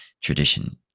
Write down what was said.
tradition